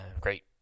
great